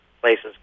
places